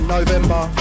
November